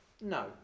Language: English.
No